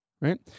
right